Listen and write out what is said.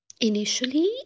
initially